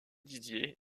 dizier